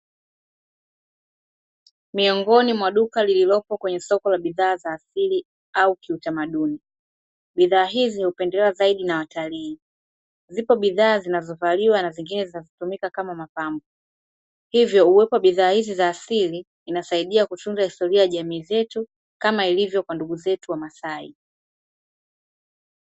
Miongoni mwa duka lililopo kwenye soko la bidhaa za asili au kiutamaduni, bidhaa hizi upendelewa zaidi na watalii, zipo bidhaa zinazovaliwa na zingine zinatumika kama mapambo, hivyo uwepo wa bidhaa hizi za asili inasaidia kutunza historia ya jamii zetu kama ilivyo kwa ndugu zetu wamasai.